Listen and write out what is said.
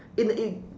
in it